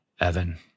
Evan